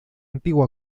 antiguo